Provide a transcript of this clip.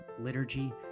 Liturgy